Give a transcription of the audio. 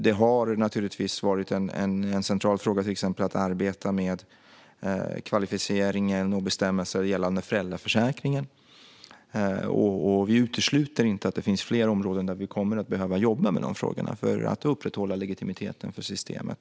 Det har till exempel varit en central fråga att arbeta med kvalificeringen och bestämmelser gällande föräldraförsäkringen. Vi utesluter inte att det finns fler områden där vi kommer att behöva jobba med dessa frågor för att upprätthålla legitimiteten för systemet.